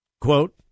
Quote